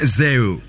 zero